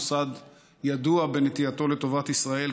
מוסד ידוע בנטייתו "לטובת" ישראל,